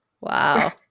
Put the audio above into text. Wow